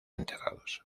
enterrados